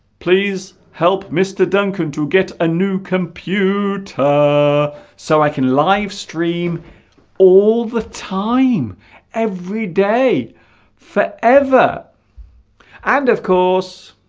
please help mr. duncan to get a new computer so i can livestream all the time every day forever and of course